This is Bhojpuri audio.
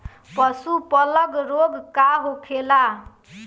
पशु प्लग रोग का होखेला?